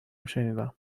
شنیدم